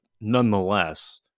nonetheless